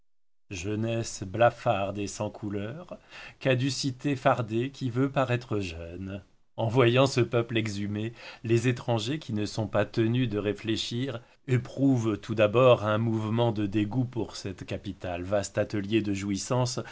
jeunesse blafarde et sans couleur caducité fardée qui veut paraître jeune en voyant ce peuple exhumé les étrangers qui ne sont pas tenus de réfléchir éprouvent tout d'abord un mouvement de dégoût pour cette capitale vaste atelier de jouissance